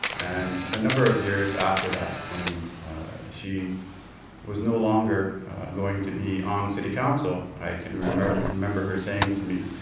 and a number of years after that when she was no longer going to be on city council i can remember remember her saying to me